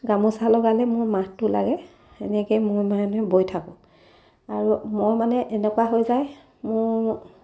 গামোচা লগালে মোৰ মাহটো লাগে এনেকেই মোৰ মানে বৈ থাকোঁ আৰু মই মানে এনেকুৱা হৈ যায় মোৰ